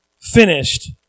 finished